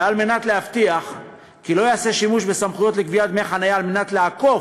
ועל מנת להבטיח כי לא ייעשה שימוש בסמכויות לגביית דמי חניה כדי לעקוף